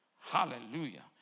Hallelujah